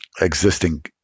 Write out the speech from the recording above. existing